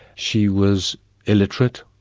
she was illiterate,